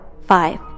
five